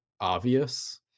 obvious